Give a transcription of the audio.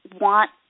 want